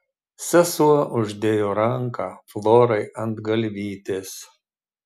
sesuo uždėjo ranką florai ant galvytės